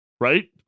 Right